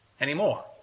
anymore